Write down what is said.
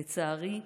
לצערי,